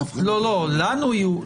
לנו יהיו.